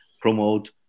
promote